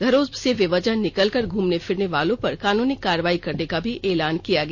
घरों से बेवजह निकलकर घूमने फिरने वालों पर कानूनी कार्रवाई करने का भी एलान किया गया